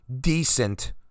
decent